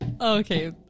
Okay